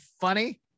funny